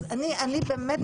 אגב,